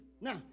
Now